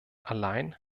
allein